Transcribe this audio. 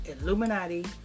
Illuminati